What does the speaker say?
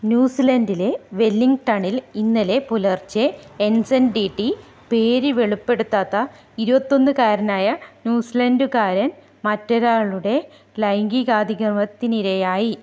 ന്യൂസിലൻഡിലെ വെല്ലിംഗ്ടണിൽ ഇന്നലെ പുലർച്ചെ എൻസെൻഡിറ്റി പേര് വെളിപ്പെടുത്താത്ത ഇരുപത്തൊന്നുകാരനായ ന്യൂസിലൻഡുകാരൻ മറ്റൊരാളുടെ ലൈംഗികാതിക്രമത്തിനിരയായി